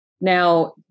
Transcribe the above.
Now